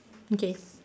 okay